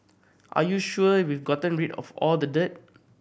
are you sure we've gotten rid of all the dirt